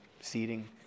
seating